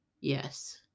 yes